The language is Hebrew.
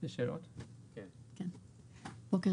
מאחר